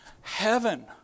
heaven